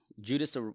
Judas